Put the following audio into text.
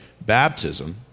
baptism